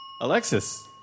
Alexis